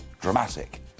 dramatic